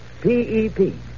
P-E-P